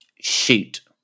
shoot